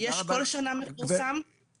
זה מפורסם בכל שנה,